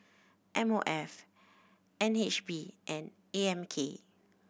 M O F N H B and A M K